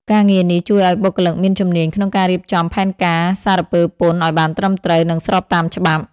ការងារនេះជួយឱ្យបុគ្គលិកមានជំនាញក្នុងការរៀបចំផែនការសារពើពន្ធឱ្យបានត្រឹមត្រូវ និងស្របតាមច្បាប់។